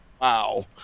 wow